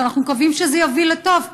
אנחנו מקווים שזה יוביל לטוב,